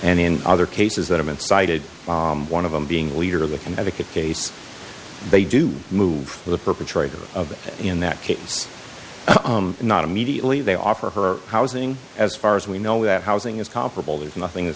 and in other cases that have been cited by one of them being leader of the connecticut case they do move the perpetrator of it in that case not immediately they offer her housing as far as we know that housing is comparable there is nothing that